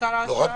כדי שאבין,